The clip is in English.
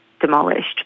demolished